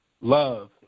love